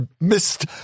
missed